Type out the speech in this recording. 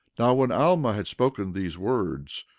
now when alma had spoken these words,